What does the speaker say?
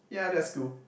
yeah that's cool